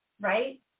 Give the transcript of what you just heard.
right